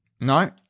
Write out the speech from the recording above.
No